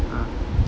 ah